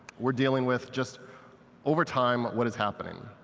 we're dealing with just over time what is happening.